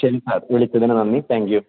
ശരി സാർ വിളിച്ചതിന് നന്ദി താങ്ക്യൂ